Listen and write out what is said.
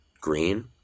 green